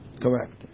Correct